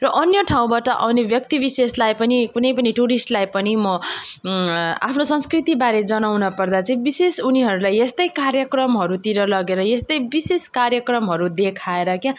र अन्य ठाउँबाट आउने व्यक्ति विशेषलाई पनि कुनै पनि टुरिस्टलाई पनि म आफ्नो संस्कृतिबारे जनाउन पर्दा चाहिँ विशेष उनीहरूलाई यस्तै कार्यक्रमहरूतिर लगेर यस्तै विशेष कार्यक्रमहरू देखाएर क्या